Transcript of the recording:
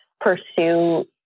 pursue